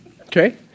Okay